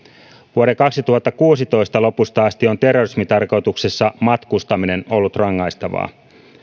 vuoden kaksituhattakuusitoista lopusta asti on terrorismitarkoituksessa matkustaminen ollut rangaistavaa